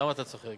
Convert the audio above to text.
למה אתה צוחק?